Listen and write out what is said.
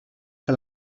que